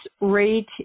rate